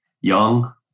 young